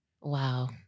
Wow